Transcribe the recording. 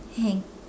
hang